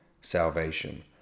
salvation